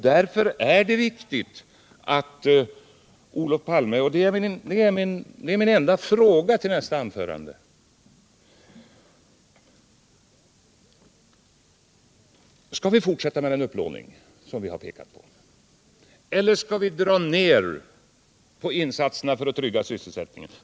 Därför är det viktigt att Olof Palme i nästa anförande svarar mig på denna enda fråga: Skall vi fortsätta med den upplåning som vi har pekat på, eller skall vi dra ner på insatserna för att trygga sysselsättningen?